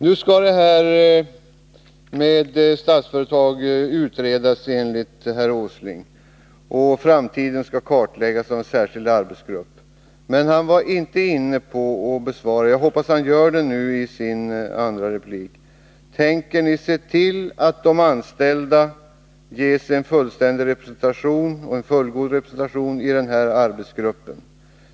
Nu skall Statsföretag utredas, enligt herr Åsling, och framtiden skall kartläggas av en särskild arbetsgrupp. Jag hoppas att herr Åsling i sitt nästa inlägg svarar på frågan: Tänker ni se till att de anställda ges en fullständig och fullgod representation i denna arbetsgrupp?